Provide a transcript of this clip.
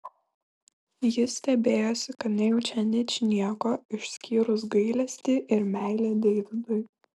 jis stebėjosi kad nejaučia ničnieko išskyrus gailestį ir meilę deividui